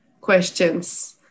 questions